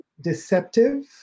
Deceptive